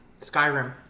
Skyrim